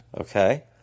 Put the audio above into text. Okay